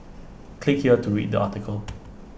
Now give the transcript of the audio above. click here to read the article